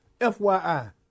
FYI